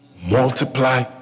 multiply